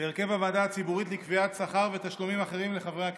להרכב הוועדה הציבורית לקביעת שכר ותשלומים אחרים לחברי הכנסת.